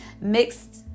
mixed